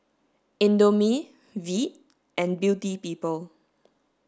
Indomie Veet and Beauty People